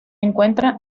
encuentra